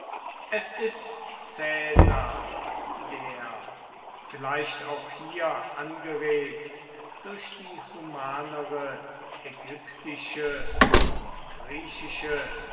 es ist caesar der vielleicht auch hier angeregt durch die humanere ägyptische und griechische